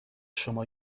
شما